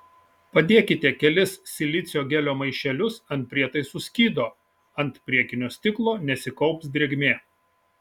padėkite kelis silicio gelio maišelius ant prietaisų skydo ant priekinio stiklo nesikaups drėgmė